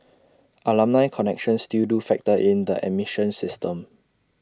alumni connections still do factor in the admission system